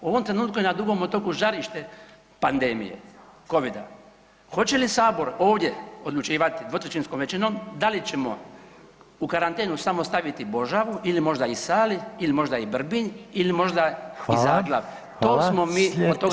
U ovom trenutku je na Dugom otoku žarište pandemije covida, hoće li Sabor ovdje odlučivati dvotrećinskom većinom da li ćemo u karantenu samo staviti Božavu ili možda i Sali ili možda i Brbinj ili možda i Zaglav, to smo mi od toga